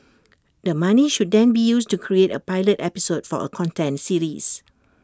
the money should then be used to create A pilot episode for A content series